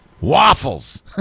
Waffles